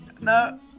No